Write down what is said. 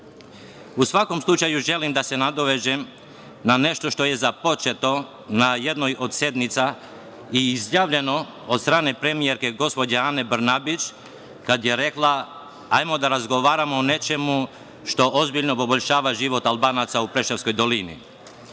svakom slučaju želim da se nadovežem na nešto što je započeto na jednoj od sednica i izjavljeno od strane premijerke, gospođe Ane Brnabić, kada je rekla - hajde da razgovaramo o nečemu što ozbiljno poboljšava život Albanaca u Preševskoj dolini.